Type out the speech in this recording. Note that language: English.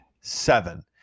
Seven